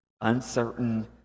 uncertain